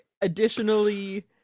Additionally